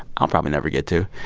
i'll probably never get to.